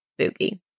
Spooky